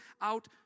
out